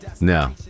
No